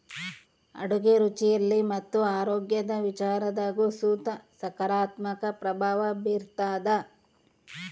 ಅಡುಗೆ ರುಚಿಯಲ್ಲಿ ಮತ್ತು ಆರೋಗ್ಯದ ವಿಚಾರದಾಗು ಸುತ ಸಕಾರಾತ್ಮಕ ಪ್ರಭಾವ ಬೀರ್ತಾದ